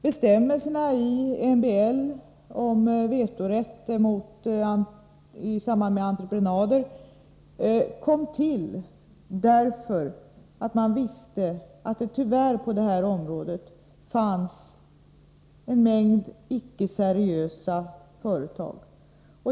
Bestämmelserna i MBL om vetorätt i samband med entreprenader kom till därför att man visste att det på det här området tyvärr fanns en mängd icke seriösa företag.